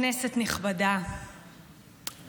כנסת נכבדה,